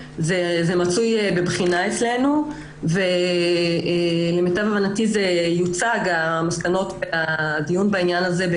זה מצוי בבחינה אצלנו ולמיטב הבנתי מסקנות מהדיון בעניין הזה יוצגו